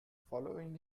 following